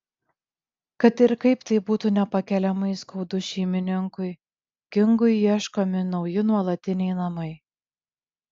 kad ir kaip tai būtų nepakeliamai skaudu šeimininkui kingui ieškomi nauji nuolatiniai namai